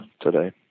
today